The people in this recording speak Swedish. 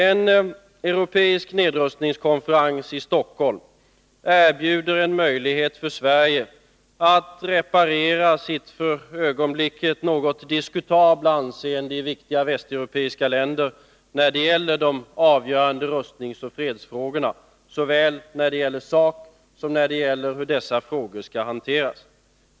En europeisk nedrustningskonferens i Stockholm erbjuder en möjlighet för Sverige att reparera sitt för ögonblicket något diskutabla anseende i viktiga västeuropeiska länder när det gäller de avgörande rustningsoch fredsfrågorna, såväl isak som i fråga om hur dessa frågor skall hanteras.